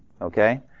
okay